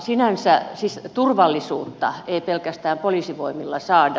sinänsä turvallisuutta ei pelkästään poliisivoimilla saada